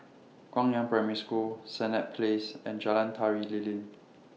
Guangyang Primary School Senett Place and Jalan Tari Lilin